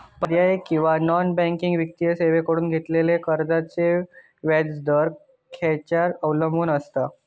पर्यायी किंवा non banking वित्तीय सेवांकडसून घेतलेल्या कर्जाचो व्याजाचा दर खेच्यार अवलंबून आसता?